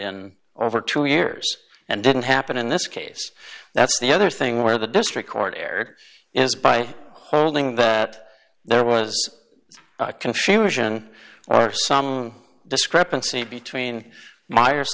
in over two years and didn't happen in this case that's the other thing where the district court erred is by holding that there was confusion or some discrepancy between miers